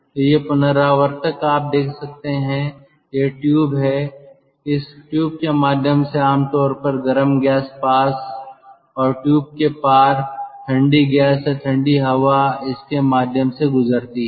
तो ये रिकूपरेटर आप देख सकते हैं ये ट्यूब हैं इस ट्यूब के माध्यम से आम तौर पर गर्म गैस पास और ट्यूब के पार ठंडी गैस या ठंडी हवा इसके माध्यम से गुजरती है